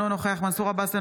אינו נוכח מנסור עבאס,